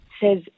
says